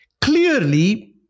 Clearly